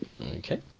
Okay